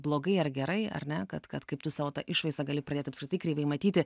blogai ar gerai ar ne kad kad kaip tu savo tą išvaizdą gali pradėt apskritai kreivai matyti